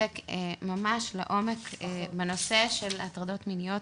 שעוסק ממש לעומק בנושא של הטרדות מיניות